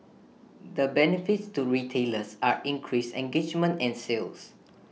the benefits to retailers are increased engagement and sales